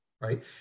right